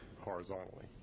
horizontally